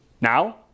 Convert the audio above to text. now